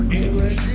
english,